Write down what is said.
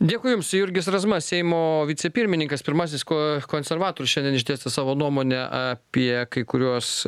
dėkui jums jurgis razma seimo vicepirmininkas pirmasis ko konservatorius šiandien išdėstė savo nuomonę apie kai kuriuos